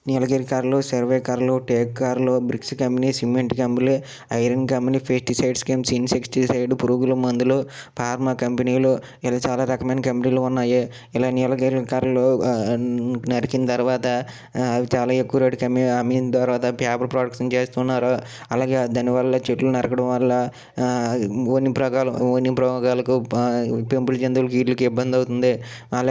పూర్వం kabaddi cricket volleyball kho kho swimming ఇది swimming long jump high jump running ఇలా ఉదయం లెగ్గ ఉదయం దగ్గర నుంచి వ్యాయామం కెళ్ళి అలాగే తొక్కుడుబిల్ల ఇలా చాలా రకాల ఆటలు ఆడేవారు అంతే అవుట్ డోర్ గేమ్స్ ఇంటి వాతావరణానికెళ్లి బయటలకెక్కి ఎండలోను కానీ లేకపోతే సాయంత్రం పూట కానీ ఇలాగ స్కూల్లో నుంచి స్కూల్లోన పిల్లల నుంచి రాగానే లేకపోతే కాలేజ్ నుంచి స్టూడెంట్స్ గాని అందరూ బయటకెళ్లి ఇలా